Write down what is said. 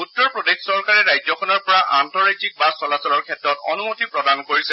উত্তৰ প্ৰদেশ চৰকাৰে ৰাজ্যখনৰ পৰা আন্তঃৰাজ্যিক বাছ চলাচলৰ ক্ষেত্ৰত অনুমতি প্ৰদান কৰিছে